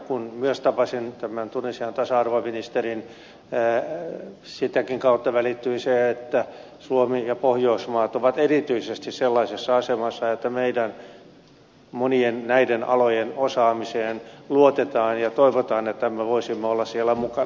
kun myös itse tapasin tämän tunisian tasa arvoministerin sitäkin kautta välittyi se että suomi ja pohjoismaat ovat erityisesti sellaisessa asemassa että meidän monien näiden alojen osaamiseen luotetaan ja toivotaan että me voisimme olla siellä mukana